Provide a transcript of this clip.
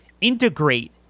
integrate